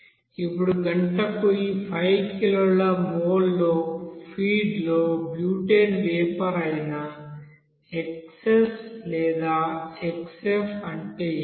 ఇప్పుడు గంటకు ఈ 5 కిలోల మోల్లో ఫీడ్లో బ్యూటేన్ వేపర్ అయిన xs లేదా xF అంటే ఏమిటి